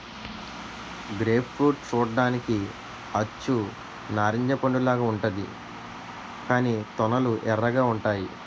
grape fruit చూడ్డానికి అచ్చు నారింజ పండులాగా ఉంతాది కాని తొనలు ఎర్రగా ఉంతాయి